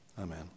Amen